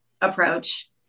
approach